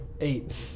eight